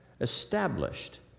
Established